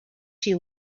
she